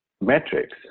metrics